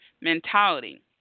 mentality